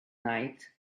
night